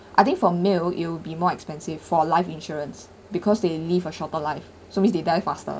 I think for a male it will be more expensive for a life insurance because they live a shorter life so means they die faster